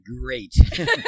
Great